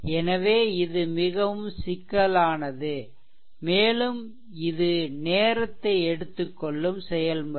எனவே இது மிகவும் சிக்கலானது மேலும் இது நேரத்தை எடுத்துக்கொள்ளும் செயல்முறை